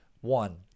One